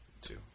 two